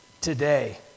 today